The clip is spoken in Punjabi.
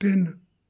ਤਿੰਨ